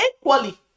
Equally